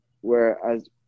whereas